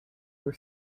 were